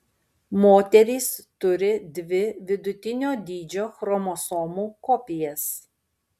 moterys turi dvi vidutinio dydžio chromosomų kopijas